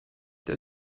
der